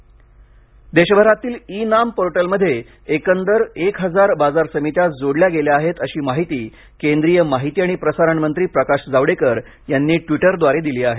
प्रकाश जावडेकर देशभरातील e NAM पोर्टलमध्ये एकंदर एक हजार बाजार समित्या जोडल्या गेल्या आहेत अशी माहिती केंद्रीय माहिती आणि प्रसारण मंत्री प्रकाश जावडेकर यांनी ट्वीटरद्वारे दिली आहे